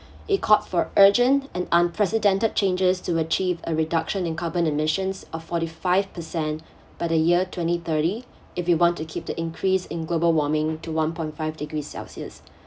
it called for urgent and unprecedented changes to achieve a reduction in carbon emissions of forty five percent by the year twenty thirty if you want to keep the increase in global warming to one point five degree celsius